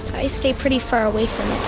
i stay pretty far away from